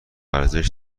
ارزش